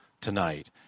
tonight